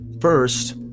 First